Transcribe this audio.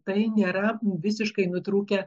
tai nėra visiškai nutrūkę